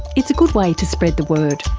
it's a good way to spread the word.